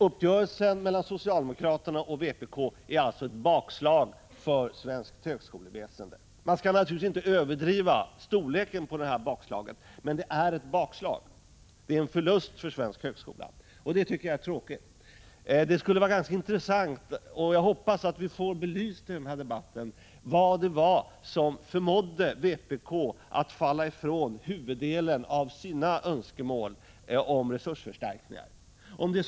Uppgörelsen mellan socialdemokraterna och vpk är alltså ett bakslag för svenskt högskoleväsende. Man skall naturligtvis inte överdriva storleken på bakslaget, men det är ett bakslag. Det är en förlust för svensk högskola. Det tycker jag är tråkigt. Det skulle vara ganska intressant att i den här debatten få belyst — det hoppas jag att vi får — vad det var som förmådde vpk att avstå från huvuddelen av sina önskemål om resursförstärkningar.